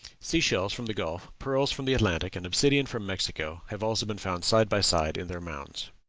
sea-shells from the gulf, pearls from the atlantic, and obsidian from mexico, have also been found side by side in their mounds.